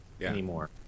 anymore